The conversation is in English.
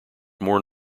more